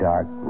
Dark